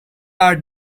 are